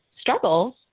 struggles